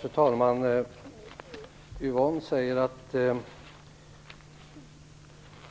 Fru talman! Yvonne Ruwaida säger att